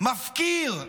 מפקיר,